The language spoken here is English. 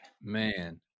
man